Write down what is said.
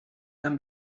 than